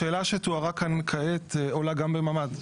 השאלה שתוארה כאן כעת עולה גם בממ"ד.